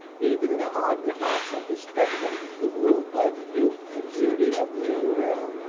even the hardened hearts of the spectators were moved by the youth and beauty of the young girl,